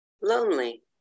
lonely